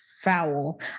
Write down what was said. foul